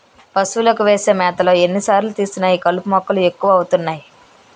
పశువులకు వేసే మేతలో ఎన్ని సార్లు తీసినా ఈ కలుపు మొక్కలు ఎక్కువ అవుతున్నాయి